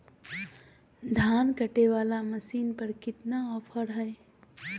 धान कटे बाला मसीन पर कितना ऑफर हाय?